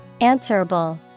Answerable